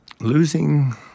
Losing